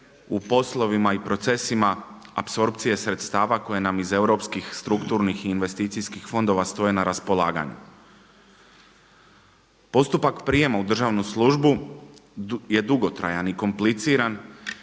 u poslovima i procesima apsorpcije sredstava koje nam iz europskih strukturnih i investicijskih fondova stoje na raspolaganju. Postupak prijema u državnu službu je dugotrajan i kompliciran